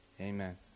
Amen